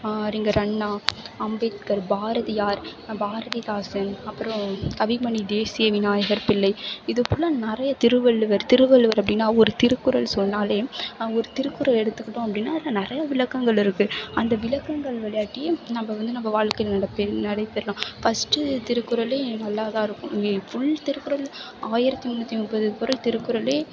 அறிஞர் அண்ணா அம்பேத்கார் பாரதியார் பாரதிதாசன் அப்புறம் கவிமணி தேசிய விநாயகர் பிள்ளை இதுபோல் நிறைய திருவள்ளுவர் திருவள்ளுவர் அப்படின்னா ஒரு திருக்குறள் சொன்னாலே அவங்க ஒரு திருக்குறள் எடுத்துக்கிட்டோம் அப்படின்னா அதில் நிறைய விளக்கங்கள் இருக்குது அந்த விளக்கங்கள் வழியாட்டி நம்ம வந்து நம்ம வாழ்க்கையில நடைபெறுகிறோம் பஸ்ட்டு திருக்குறளே நல்லாதான் இருக்கும் ஃபுல் திருக்குறளும் ஆயிரத்து முந்நூற்றி முப்பது குறள் திருக்குறளே